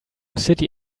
city